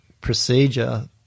procedure